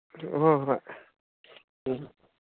ꯍꯣꯏ ꯍꯣꯏ ꯎꯝ